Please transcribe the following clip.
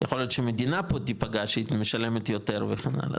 יכול להיות שהמדינה פה תפגע שהיא משלמת יותר וכן הלאה.